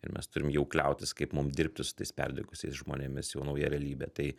ir mes turim jau kliautis kaip mum dirbti su tais perdegusias žmonėmis jau nauja realybė tai